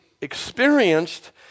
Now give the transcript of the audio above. experienced